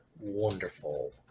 wonderful